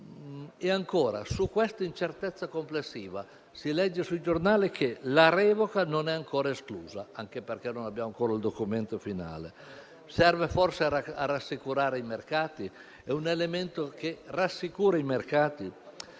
attenzione. Su questa incertezza complessiva si legge sui giornali che la revoca non è ancora esclusa, anche perché non abbiamo ancora il documento finale. Serve forse a rassicurare i mercati? È un elemento che rassicura i mercati?